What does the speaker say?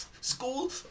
School